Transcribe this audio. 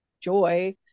Joy